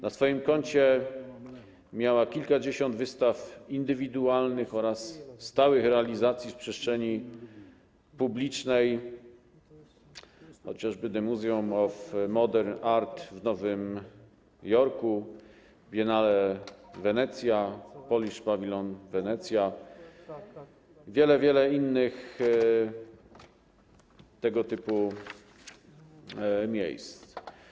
Na swoim koncie miała kilkadziesiąt wystaw indywidualnych oraz stałych realizacji w przestrzeni publicznej - The Museum of Modern Art w Nowym Jorku, Biennale Venezia, Polish Pavilion Wenecja i wiele, wiele innych tego typu miejsc.